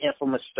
infamous